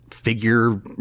figure